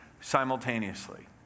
simultaneously